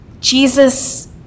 Jesus